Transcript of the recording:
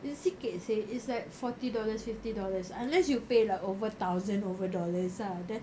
it's sikit seh it's like forty dollars fifty dollars unless you pay like over thousand over dollars ah then